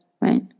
right